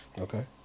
Okay